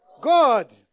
God